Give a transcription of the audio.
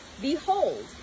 Behold